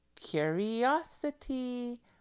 curiosity